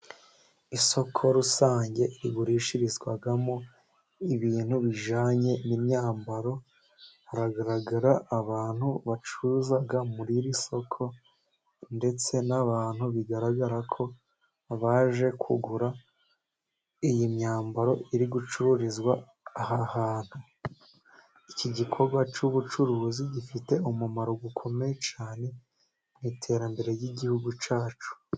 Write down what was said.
Isoko rusange rigurishirizwamo ibintu bijyanye n'imyambaro, hagaragara abantu bacuruza muri iri soko, ndetse n'abantu bigaragara ko baje kugura iyi myambaro iri gucururizwa aha hantu, iki gikorwa cy'ubucuruzi gifite umumaro ukomeye cyane mu iterambere ry'igihugu cyacu.